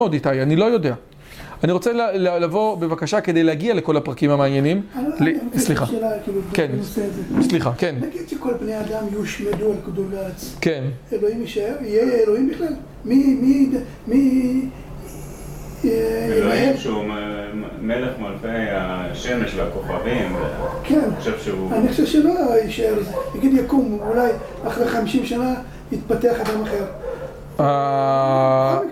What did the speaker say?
אני לא יודע. אני רוצה לבוא, בבקשה, כדי להגיע לכל הפרקים המעניינים. סליחה, כן, סליחה, כן. נגיד שכל בני אדם יושמדו על כדור הארץ. כן. אלוהים יישאר? יהיה אלוהים בכלל? מי, מי, מי? אלוהים שהוא מלך מלכי השמש והכוכבים? כן. אני חושב שהוא... אני חושב שלא יישאר. נגיד יקום, אולי אחרי חמשים שנה יתפתח אדם אחר.